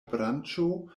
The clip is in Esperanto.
branĉo